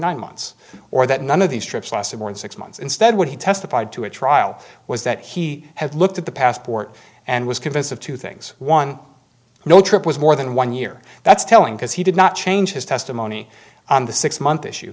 nine months or that none of these trips lasted more than six months instead what he testified to a trial was that he had looked at the passport and was convinced of two things one no trip was more than one year that's telling because he did not change his testimony on the six month issue